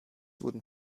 wurden